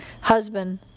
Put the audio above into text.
husband